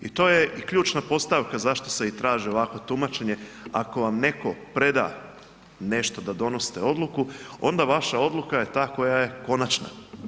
I to je ključna postavka zašto se i traži ovakvo tumačenje ako vam netko preda nešto da donosite odluku onda vaša odluka je ta koja je konačna.